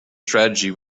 strategy